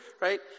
Right